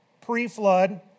pre-flood